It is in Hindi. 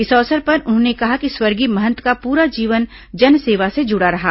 इस अवसर पर उन्होंने कहा कि स्वर्गीय महंत का पूरा जीवन जनसेवा से जुड़ा रहा